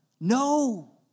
No